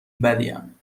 بدیم